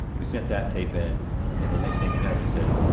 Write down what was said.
we sent that tape in and the next thing you know they said,